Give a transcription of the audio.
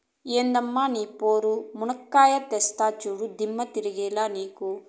ఎందమ్మ నీ పోరు, మునక్కాయా తెస్తా చూడు, దిమ్మ తిరగాల నీకు